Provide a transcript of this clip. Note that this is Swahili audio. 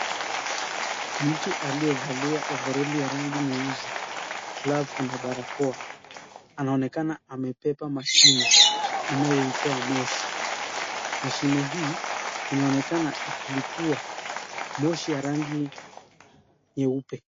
Mtu aliyevalia overali ya rangi nyeusi, glovu na barakoa. Anaonekana amepepa mashine inayoitoa moshi. Mashine hii inaonekana ikilipua moshi ya rangi nyeupe.